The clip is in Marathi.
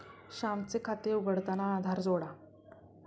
श्यामचे खाते उघडताना आधार जोडा